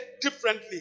differently